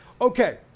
Okay